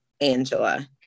Angela